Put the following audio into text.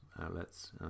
outlets